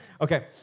Okay